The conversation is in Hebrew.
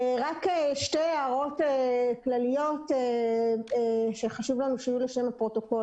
שתי הערות כלליות שחשוב לנו שיהיו לשם הפרוטוקול.